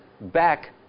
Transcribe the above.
back